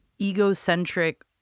egocentric